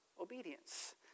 obedience